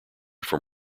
from